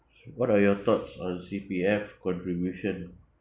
what are your thoughts on C_P_F contribution